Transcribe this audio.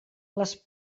les